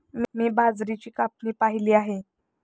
मी बाजरीची कापणी पाहिली आहे